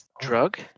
drug